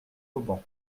auban